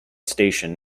station